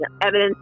evidence